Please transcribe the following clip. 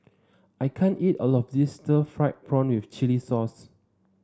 I can't eat all of this Stir Fried Prawn with Chili Sauce